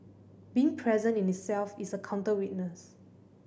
being present in itself is a counter witness